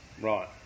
Right